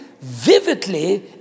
vividly